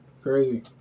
Crazy